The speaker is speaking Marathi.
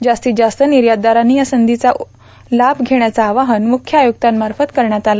जास्तीत जास्त निर्यातदारांनी या संधीचा लाभ घेण्याचं आवाहन मुख्य आयुक्तांमार्फत करण्यात आलं